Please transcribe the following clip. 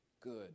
good